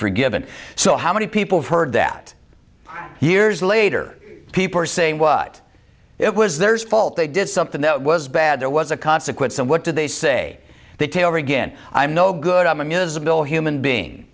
forgiven so how many people heard that years later people are saying what it was their fault they did something that was bad there was a consequence and what did they say they take over again i'm no good i'm a miserable human being